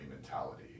mentality